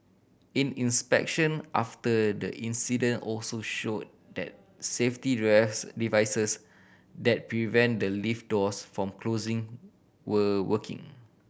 in inspection after the incident also show that safety drives devices that prevent the lift doors from closing were working